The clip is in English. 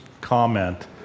comment